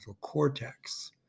cortex